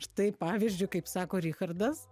štai pavyzdžiu kaip sako richardas